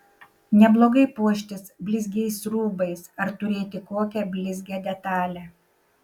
neblogai puoštis blizgiais rūbais ar turėti kokią blizgią detalę